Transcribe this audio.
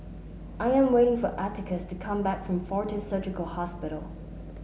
I am waiting for Atticus to come back from Fortis Surgical Hospital